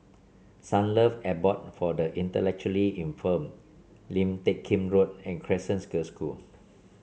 Sunlove Abode for the Intellectually Infirmed Lim Teck Kim Road and Crescent Girls' School